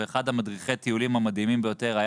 אחד ממדריכי הטיולים המדהימים ביותר,